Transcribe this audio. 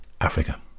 Africa